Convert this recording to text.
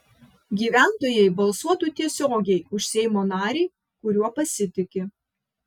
gyventojai balsuotų tiesiogiai už seimo narį kuriuo pasitiki